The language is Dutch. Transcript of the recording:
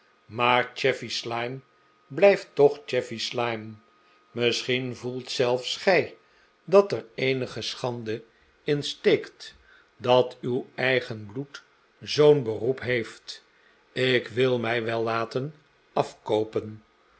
maar chevy slyme blijft toch chevy slyme misschien voelt zelfs gij dat er eenige schande in steekt dat uw eigen bloed zoo'n beroep heeft ik wil mij wel laten afkoopen